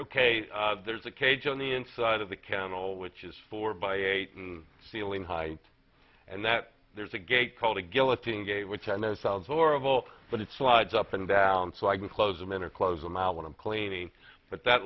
ok there's a cage on the inside of the can all which is four by eight and ceiling height and that there's a gate called a guillotine gate which i know sounds horrible but it slides up and down so i can close them in or close them out when i'm cleaning but that